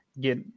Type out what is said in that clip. get